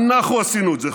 אנחנו עשינו את זה,